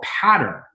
pattern